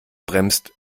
bremst